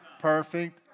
perfect